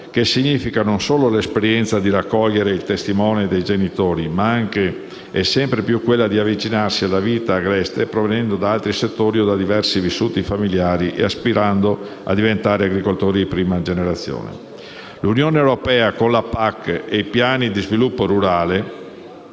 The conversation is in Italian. che significa non solo raccogliere il testimone dei genitori, ma anche e sempre più avvicinarsi alla vita agreste provenendo da altri settori o da diversi vissuti familiari e aspirando a diventare agricoltori di prima generazione. L'Unione europea, con la PAC e i Piani di sviluppo rurale,